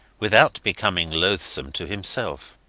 without becoming loathsome to himself.